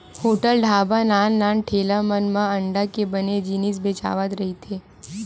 hotel, ढ़ाबा, नान नान ठेला मन म अंडा के बने जिनिस बेचावत रहिथे